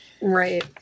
Right